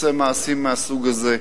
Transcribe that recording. שעושה מעשים מהסוג הזה,